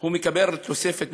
מקבל תוספת,